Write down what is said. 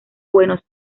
buenos